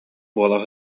буола